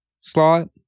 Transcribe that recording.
slot